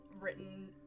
Written